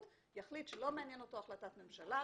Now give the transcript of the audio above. יחליט שלא מעניין אותו החלטת ממשלה,